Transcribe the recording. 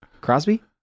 Crosby